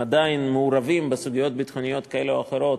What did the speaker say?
עדיין מעורבים בסוגיות ביטחוניות כאלה ואחרות,